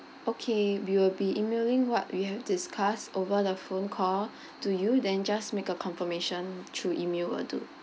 okay we will be emailing what we have discussed over the phone call to you then just make a confirmation through email will do